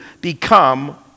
become